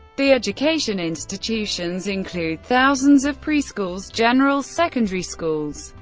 the education institutions include thousands of preschools, general secondary schools,